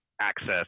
access